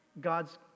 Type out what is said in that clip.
God's